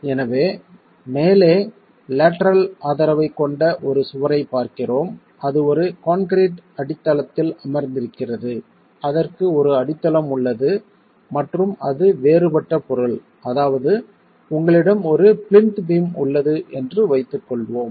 எனவே மேலே லேட்டரல் ஆதரவைக் கொண்ட ஒரு சுவரைப் பார்க்கிறோம் அது ஒரு கான்கிரீட் அடித்தளத்தில் அமர்ந்திருக்கிறது அதற்கு ஒரு அடித்தளம் உள்ளது மற்றும் அது வேறுபட்ட பொருள் அதாவது உங்களிடம் ஒரு பிளிந்த் பீம் உள்ளது என்று வைத்துக்கொள்வோம்